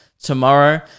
Tomorrow